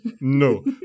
No